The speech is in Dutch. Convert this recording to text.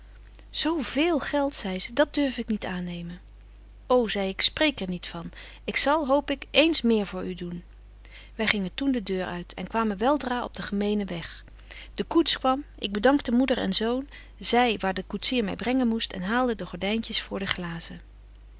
zo véél geld zei ze dat durf ik niet aannemen o zei ik spreek er niet van ik zal hoop ik eens meer voor u doen wy gingen toen de deur uit en kwamen wel dra op den gemenen weg de koets kwam ik bedankte moeder en zoon zei waar de koetsier my brengen moest en haalde de gordyntjes voor de glazen